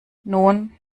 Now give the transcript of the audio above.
nun